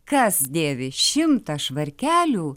kas dėvi šimtą švarkelių